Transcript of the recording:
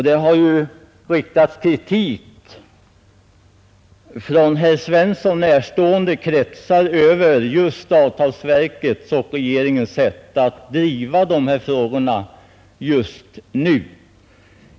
Det har ju riktats kritik från herr Svensson närstående kretsar mot avtalsverkets och regeringens sätt att driva dessa frågor just nu.